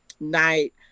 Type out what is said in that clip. night